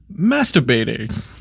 masturbating